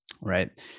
right